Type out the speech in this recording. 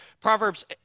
proverbs